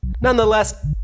Nonetheless